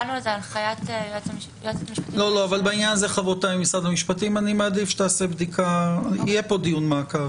מערכת מובחנת של נהלים לגבי פתיחת בדיקה או אופן הבדיקה